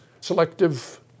selective